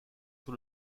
sur